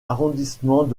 arrondissement